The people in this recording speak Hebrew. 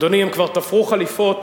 אדוני, הם כבר תפרו חליפות,